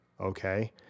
okay